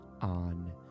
on